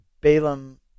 Balaam